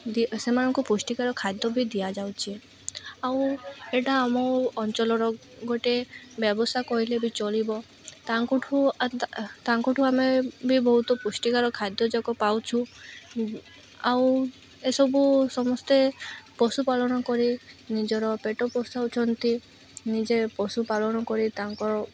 ସେମାନଙ୍କୁ ପୁଷ୍ଟିକାର ଖାଦ୍ୟ ବି ଦିଆଯାଉଛି ଆଉ ଏଟା ଆମ ଅଞ୍ଚଲର ଗୋଟେ ବ୍ୟବସାୟ କହିଲେ ବି ଚଳିବ ତାଙ୍କଠୁ ତାଙ୍କଠୁ ଆମେ ବି ବହୁତ ପୁଷ୍ଟିକର ଖାଦ୍ୟଯାକ ପାଉଛୁ ଆଉ ଏସବୁ ସମସ୍ତେ ପଶୁପାଳନ କରି ନିଜର ପେଟ ପୋଷୁଛନ୍ତି ନିଜେ ପଶୁପାଳନ କରି ତାଙ୍କର